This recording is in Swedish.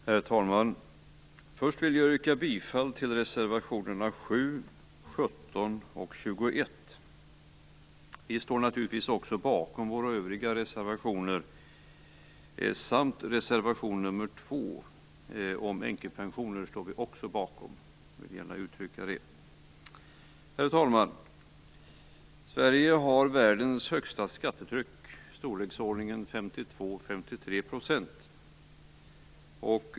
Herr talman! Jag vill först yrka bifall till reservationerna 7, 17 och 21. Vi står naturligtvis också bakom våra övriga reservationer. Jag vill även framhålla att vi står bakom reservation nr 2 om änkepensioner. Herr talman! Sverige har världens högsta skattetryck, i storleksordningen 52-53 %.